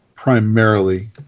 Primarily